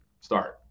start